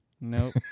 Nope